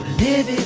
did